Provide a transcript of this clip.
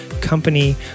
company